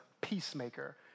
peacemaker